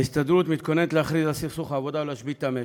ההסתדרות מתכוננת להכריז על סכסוך עבודה ולהשבית את המשק.